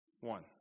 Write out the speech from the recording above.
One